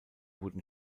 wurden